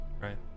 Right